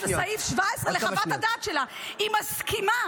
היא אומרת בסעיף 17 לחוות הדעת שלה, היא מסכימה